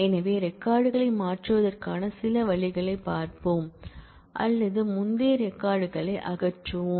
எனவே ரெக்கார்ட் களை மாற்றுவதற்கான சில வழிகளைப் பார்ப்போம் அல்லது முந்தைய ரெக்கார்ட் களை அகற்றுவோம்